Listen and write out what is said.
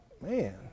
man